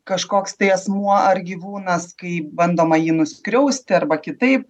kažkoks tai asmuo ar gyvūnas kai bandoma jį nuskriausti arba kitaip